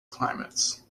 climates